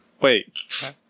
Wait